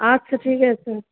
আচ্ছা ঠিক আছে